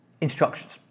instructions